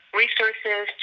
resources